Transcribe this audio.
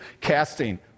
casting